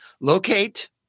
locate